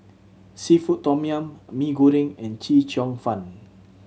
seafood tom yum Mee Goreng and Chee Cheong Fun